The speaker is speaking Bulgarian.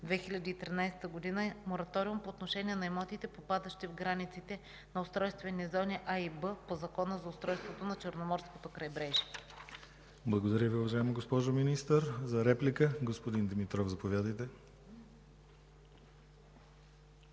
2013 г. мораториум по отношение на имотите, попадащи в границите на устройствени зони „А” и „Б” по Закона за устройството на Черноморското крайбрежие. ПРЕДСЕДАТЕЛ ДИМИТЪР ГЛАВЧЕВ: Благодаря Ви, уважаема госпожо Министър. За реплика – господин Димитров, заповядайте.